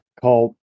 call